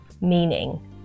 meaning